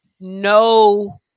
no